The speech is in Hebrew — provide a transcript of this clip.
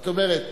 זאת אומרת,